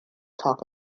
talk